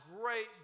great